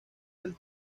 del